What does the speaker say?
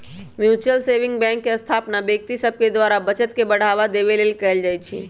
mutual saving bank के स्थापना व्यक्ति सभ द्वारा बचत के बढ़ावा देबे लेल कयल जाइ छइ